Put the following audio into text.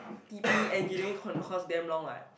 T_P Engineering concourse damn long right